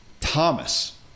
Thomas